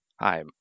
Hi